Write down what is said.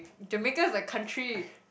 Jamaica is a country